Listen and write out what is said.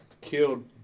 killed